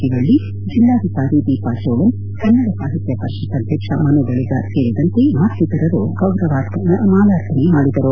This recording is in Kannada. ಶಿವಳ್ಳಿ ಜಿಲ್ಲಾಧಿಕಾರಿ ದೀಪಾ ಚೋಳನ್ ಕನ್ನಡ ಸಾಹಿತ್ಯ ಪರಿಷತ್ ಅಧ್ಯಕ್ಷ ಮನು ಬಳಿಗಾರ್ ಸೇರಿದಂತೆ ಮತ್ತಿತರರು ಮಾಲಾರ್ಪಣೆ ಮಾಡಿದರು